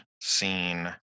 seen